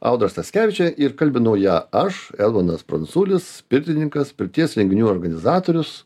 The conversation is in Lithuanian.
audra staskevičienė ir kalbinau ją aš edmundas pranculis pirtininkas pirties renginių organizatorius